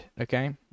Okay